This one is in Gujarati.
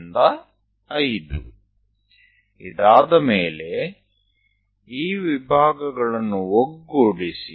એકવાર તે થઈ જાય છે પછી આ વિભાગોને જોડો